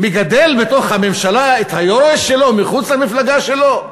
מגדל בתוך הממשלה את היורש שלו מחוץ למפלגה שלו?